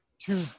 two